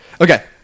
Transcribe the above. Okay